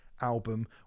album